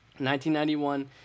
1991